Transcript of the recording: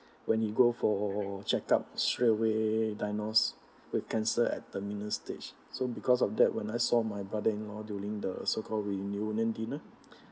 when he go for check up straightaway diagnosed with cancer at terminal stage so because of that when I saw my brother in law during the so called reunion dinner